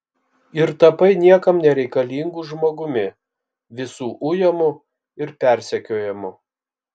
ir tapai niekam nereikalingu žmogumi visų ujamu ir persekiojamu